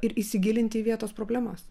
ir įsigilinti į vietos problemas